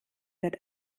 wird